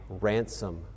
ransom